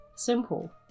simple